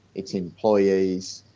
its employees,